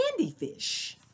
Candyfish